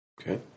Okay